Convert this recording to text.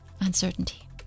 Uncertainty